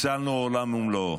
הצלנו עולם ומלואו.